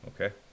Okay